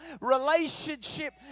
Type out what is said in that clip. relationship